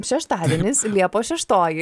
šeštadienis liepos šeštoji